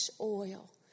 oil